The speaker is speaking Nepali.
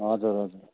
हजुर हजुर